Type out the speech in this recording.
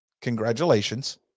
Congratulations